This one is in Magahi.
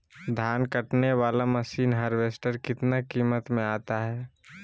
धान कटने बाला मसीन हार्बेस्टार कितना किमत में आता है?